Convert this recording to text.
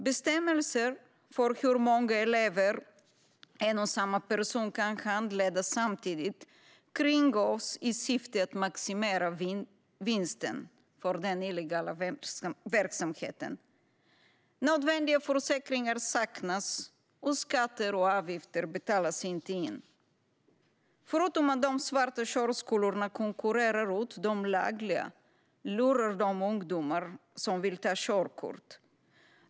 Bestämmelser för hur många elever en och samma person kan handleda samtidigt kringgås i syfte att maximera vinsten för den illegala verksamheten. Nödvändiga försäkringar saknas, och skatter och avgifter betalas inte in. Förutom att de svarta körskolorna konkurrerar ut de lagliga lurar de ungdomar som vill ta körkort.